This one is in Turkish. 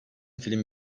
film